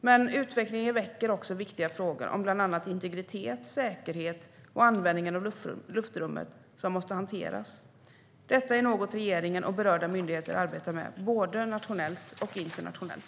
Men utvecklingen väcker också viktiga frågor om bland annat integritet, säkerhet och användningen av luftrummet, som måste hanteras. Detta är något regeringen och berörda myndigheter arbetar med, både nationellt och internationellt.